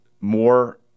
more